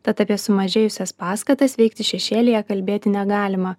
tad apie sumažėjusias paskatas veikti šešėlyje kalbėti negalima